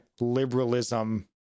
liberalism